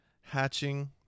hatching